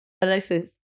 Alexis